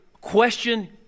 question